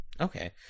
Okay